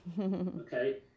Okay